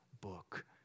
book